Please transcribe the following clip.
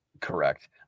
Correct